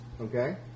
Okay